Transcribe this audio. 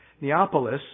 Neapolis